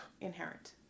inherent